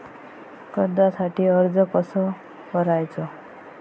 कर्जासाठी अर्ज कसो करायचो?